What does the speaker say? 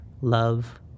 love